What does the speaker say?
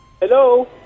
Hello